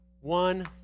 one